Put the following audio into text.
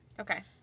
Okay